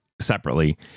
separately